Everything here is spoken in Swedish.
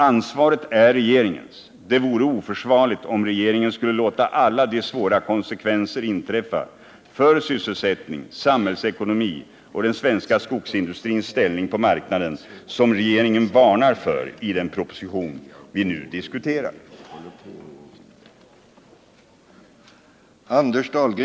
Ansvaret är regeringens; det vore oförsvarligt om regeringen skulle låta alla de svåra konsekvenser inträffa för sysselsättning, samhällsekonomi och den svenska skogsindustrins ställning på marknaden som regeringen varnar för i den proposition vi nu diskuterar.